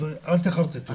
אז אל תחרטטו אותנו.